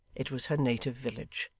it was her native village.